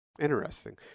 Interesting